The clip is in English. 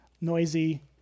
noisy